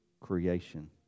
creation